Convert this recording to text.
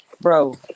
bro